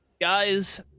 guys